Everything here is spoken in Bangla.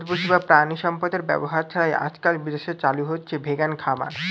গবাদিপশু বা প্রাণিসম্পদের ব্যবহার ছাড়াই আজকাল বিদেশে চালু হয়েছে ভেগান খামার